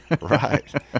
Right